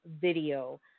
video